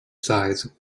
size